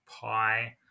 Pi